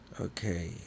okay